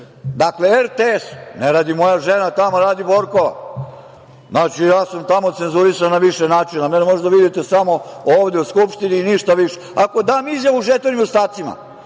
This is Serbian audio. RTS, ne radi moja žena tamo, radi Borkova, ja sam tamo cenzurisan na više načina. Možete da me vidite samo ovde u Skupštini i nigde više. Ako dam izjavu o žetvenim nedostacima